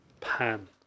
pan